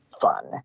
fun